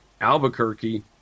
Albuquerque